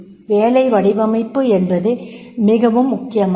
வேலை வடிவமைப்பு என்பது மிகவும் முக்கியமானது